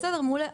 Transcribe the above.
בסדר, מעולה.